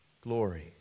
glory